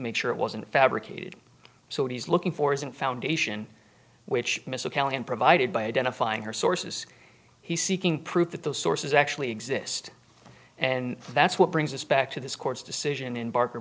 make sure it wasn't fabricated so what he's looking for isn't foundation which mr callahan provided by identifying her sources he's seeking proof that those sources actually exist and that's what brings us back to this court's decision in barker